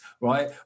right